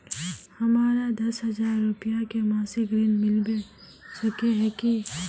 हमरा दस हजार रुपया के मासिक ऋण मिलबे सके है की?